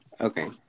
Okay